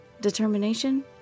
Determination